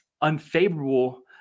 unfavorable